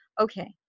okay